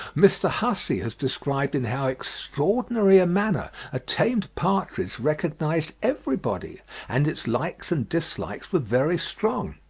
mr. hussey has described in how extraordinary a manner a tamed partridge recognised everybody and its likes and dislikes were very strong.